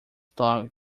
dog